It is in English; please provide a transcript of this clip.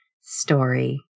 story